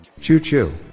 Choo-choo